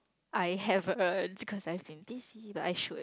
I haven't cause I've been busy but I should